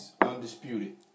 undisputed